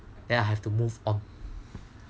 ya have to move on